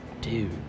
Dude